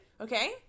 okay